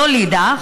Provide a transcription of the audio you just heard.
לא לידה,